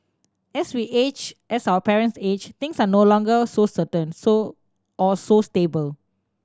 as we age as our parents age things are no longer so certain so or so stable